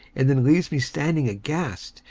and then leaves me standing aghast,